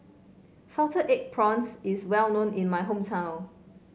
Salted Egg Prawns is well known in my hometown